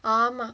!alah!